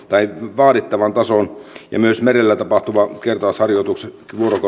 vaadittavan tason ja myös merellä tapahtuvat kertausharjoitukset